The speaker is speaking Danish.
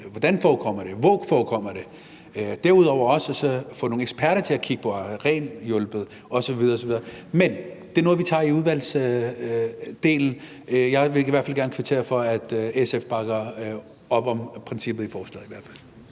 hvordan det forekommer, hvor det forekommer, og derudover også få nogle eksperter til at kigge på, om reglen har hjulpet osv. osv. Men det er noget, vi tager i udvalgsdelen, og jeg vil i hvert fald gerne kvittere for, at SF bakker op om princippet i forslaget.